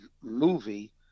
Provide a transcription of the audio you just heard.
movie